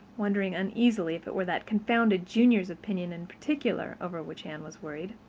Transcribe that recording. wondering uneasily if it were that confounded junior's opinion in particular over which anne was worried.